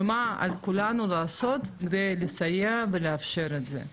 ומה על כולנו לעשות כדי לסייע ולאפשר את זה.